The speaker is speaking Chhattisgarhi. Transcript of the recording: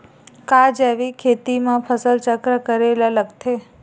का जैविक खेती म फसल चक्र करे ल लगथे?